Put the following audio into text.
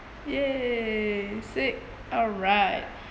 !yay! sick alright